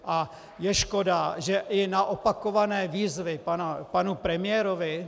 A je škoda, že i na opakované výzvy panu premiérovi...